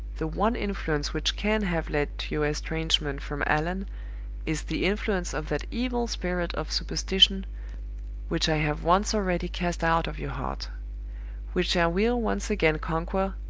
the one influence which can have led to your estrangement from allan is the influence of that evil spirit of superstition which i have once already cast out of your heart which i will once again conquer,